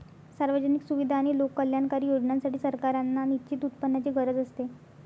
सार्वजनिक सुविधा आणि लोककल्याणकारी योजनांसाठी, सरकारांना निश्चित उत्पन्नाची गरज असते